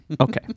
Okay